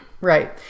Right